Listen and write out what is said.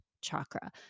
chakra